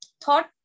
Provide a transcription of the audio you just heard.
thought